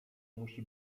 musi